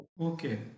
Okay